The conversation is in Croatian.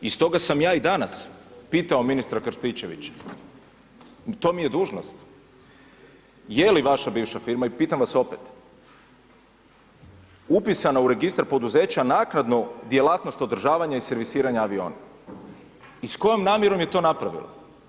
I stoga sam ja i danas pitao ministra Krstičevića i to mi je dužnost, je li vaša bivša firma i pitam vas opet upisana u registar poduzeća naknado djelatnost održavanja i servisiranja aviona i s kojom namjerom je to napravila?